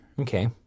Okay